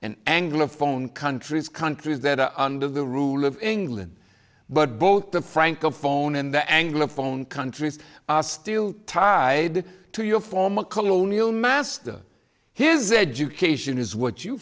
and angle of phone countries countries that are under the rule of england but both the francophone and the angle of phone countries are still tied to your former colonial master his education is what you